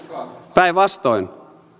päinvastoin